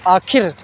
आखर